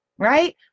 right